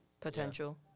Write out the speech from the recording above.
Potential